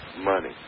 money